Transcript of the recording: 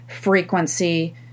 frequency